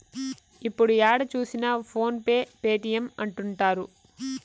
ఇప్పుడు ఏడ చూసినా ఫోన్ పే పేటీఎం అంటుంటారు